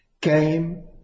came